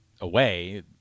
away